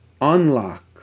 unlock